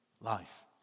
life